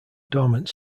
dormant